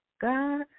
God